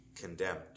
condemned